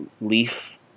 Leaf